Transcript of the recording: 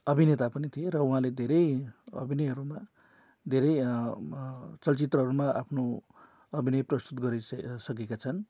अभिनेता पनि थिए र उहाँले धेरै अभिनयहरूमा धेरै चलचित्रहरूमा आफ्नो अभिनय प्रस्तुत गरिसके सकेका छन्